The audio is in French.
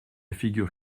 figure